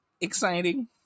exciting